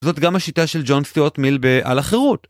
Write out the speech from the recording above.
זאת גם השיטה של ג'ון סטיוארט מיל בעל החירות.